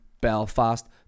Belfast